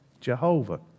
Jehovah